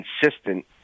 consistent